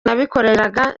nabikoraga